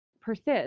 persist